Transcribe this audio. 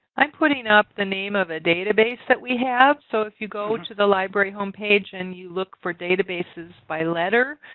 i'm putting up the name of a database that we have. so if you go to the library home page and you look for databases by letter.